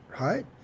Right